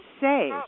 say